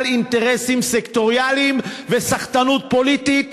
אינטרסים סקטוריאליים וסחטנות פוליטית.